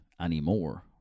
anymore